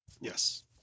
Yes